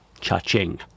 cha-ching